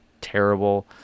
terrible